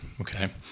okay